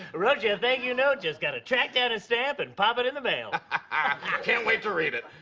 wrote you a thank-you note. just got to track down a stamp and pop it in the mail. laughs ah can't wait to read it.